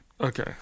okay